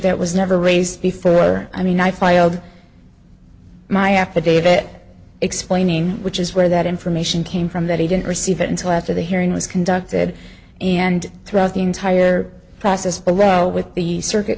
that was never raised before where i mean i filed my affidavit explaining which is where that information came from that he didn't receive it until after the hearing was conducted and throughout the entire process by well with the circuit